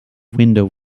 window